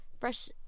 Fresh